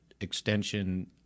extension